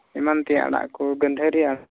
ᱮᱢᱟᱱ ᱛᱮᱭᱟᱜ ᱟᱲᱟᱜ ᱠᱚ ᱜᱟᱺᱫᱷᱟᱹᱨᱤ ᱟᱲᱟᱜ